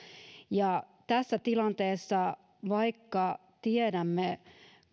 ja tässä tilanteessa vaikka tiedämme